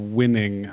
winning